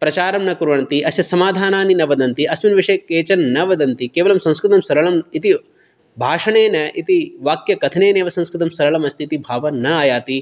प्रचारं न कुर्वन्ति अस्य समाधानानि न वदन्ति अस्मिन् विषये केचन न वदन्ति केवलं संस्कृतम् सरलम् इति भाषणेन इति वाक्यकथनेन एव संस्कृतं सरलमस्ति इति भावः न आयाति